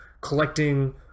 collecting